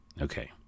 Okay